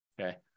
okay